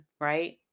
right